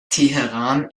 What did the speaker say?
teheran